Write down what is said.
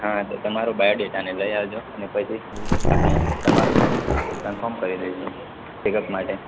હા તો તમારું બાયોડેટાને લઈ આવજો અને પછી આપડે તમારું કન્ફર્મ કરી દઇશું ચેકઅપ માટે